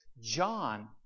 John